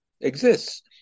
exists